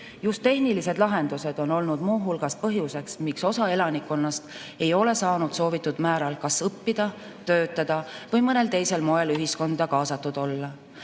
Just tehnilised lahendused on olnud muu hulgas põhjuseks, miks osa elanikkonnast ei ole saanud soovitud määral kas õppida, töötada või mõnel teisel moel ühiskonda kaasatud olla.